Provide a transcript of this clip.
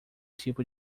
tipo